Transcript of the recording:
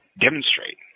demonstrate